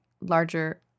larger